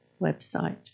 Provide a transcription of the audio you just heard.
website